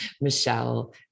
Michelle